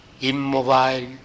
immobile